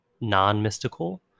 non-mystical